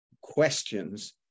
questions